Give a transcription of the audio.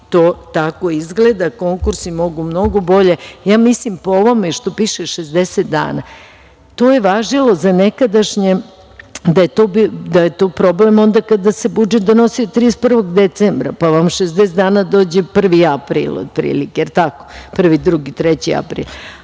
to tako izgleda. Konkursi mogu mnogo bolje, mislim da po ovome što piše – 60 dana, to je važilo za nekadašnje, da je to problem onda kada se budžet donosio 31. decembra, pa vam 60 dana dođe 1. april otprilike, prvi, drugi, treći april. Mi